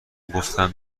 گفتم